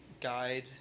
guide